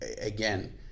again